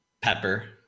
Pepper